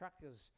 truckers